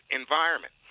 environment